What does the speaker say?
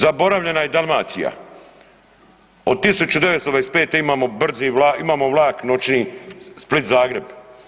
Zaboravljena je Dalmacija, od 1925. imamo brzi vlak, imamo vlak noćni Split-Zagreb.